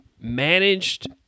managed